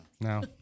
No